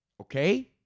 Okay